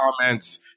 comments